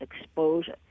exposure